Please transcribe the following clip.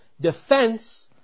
defense